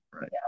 Right